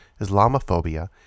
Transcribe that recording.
Islamophobia